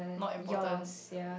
not important